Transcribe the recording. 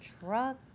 truck